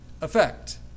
effect